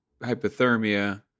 hypothermia